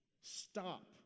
Stop